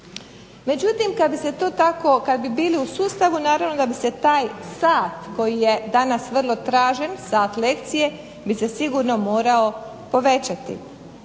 to tako, kad bi bili u sustavu naravno da bi se taj sat koji je danas vrlo tražen, sat lekcije bi se sigurno morao povećati.